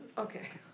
okay